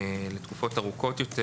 לתקופות ארוכות יותר.